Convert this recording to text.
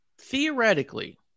Theoretically